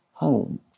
Home